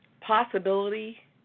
possibility